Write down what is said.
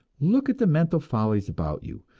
look at the mental follies about you!